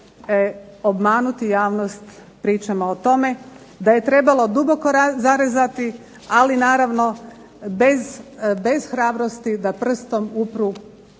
obmanuti javnost pričama o tome da je trebalo duboko zarezati, ali naravno bez hrabrosti da prstom upru